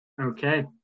Okay